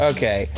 Okay